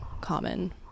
common